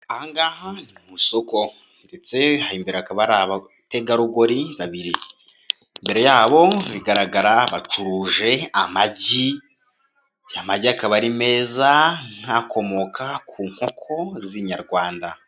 Aha ngaha ni mu isoko, ndetse aha imbere hakaba hari abategarugori babiri, imbere y'abo bigaragara bacuruje amagi, aya amagi akaba ari meza, nk'akomoka ku nkoko z'inyarwanda.